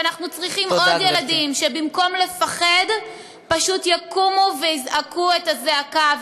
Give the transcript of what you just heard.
ואנחנו צריכים עוד ילדים שבמקום לפחוד פשוט יקומו ויזעקו את הזעקה,